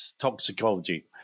toxicology